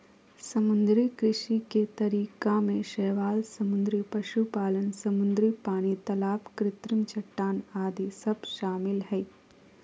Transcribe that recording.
समुद्री कृषि के तरीका में शैवाल समुद्री पशुपालन, समुद्री पानी, तलाब कृत्रिम चट्टान आदि सब शामिल हइ